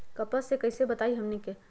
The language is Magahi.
कपस से कईसे बचब बताई हमनी के?